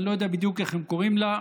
אני לא יודע בדיוק איך הם קוראים לה,